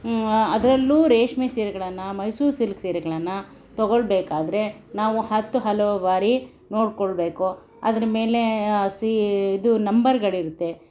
ಅದರಲ್ಲೂ ರೇಷ್ಮೆ ಸೀರೆಗಳನ್ನು ಮೈಸೂರು ಸಿಲ್ಕ್ ಸೀರೆಗಳನ್ನು ತಗೊಳ್ಬೇಕಾದ್ರೆ ನಾವು ಹತ್ತು ಹಲವು ಬಾರಿ ನೋಡ್ಕೊಳ್ಬೇಕು ಅದರ ಮೇಲೆ ಸೀ ಇದು ನಂಬರ್ಗಳಿರುತ್ತೆ